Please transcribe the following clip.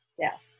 death